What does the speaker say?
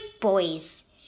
boys